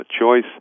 choice